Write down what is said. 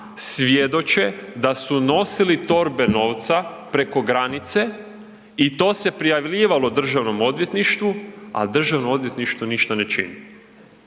svjedoče da su nosili torbe novca preko granice i to se prijavljivalo Državnom odvjetništvu, a Državno odvjetništvo ništa ne čini.